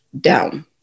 down